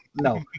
No